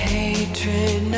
hatred